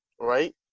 right